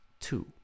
two